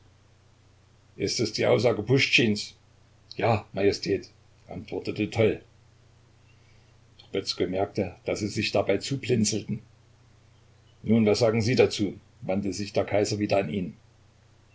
ist es die aussage puschtschins ja majestät antwortete toll trubezkoi merkte daß sie sich dabei zublinzelten nun was sagen sie dazu wandte sich der kaiser wieder an ihn